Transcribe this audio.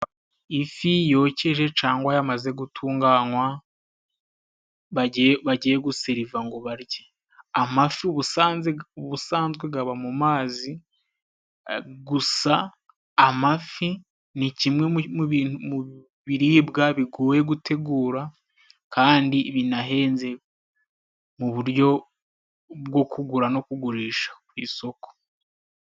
Ifi yokeje cangwa yamaze gutunganywa bagiye guseriva ngo barye. Amafi ubusanzwe gaba mu mazi gusa. Amafi ni kimwe mu biribwa bigoye gutegura kandi binahenze mu buryo bwo kugura no kugurisha ku isoko.